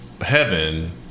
heaven